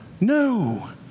No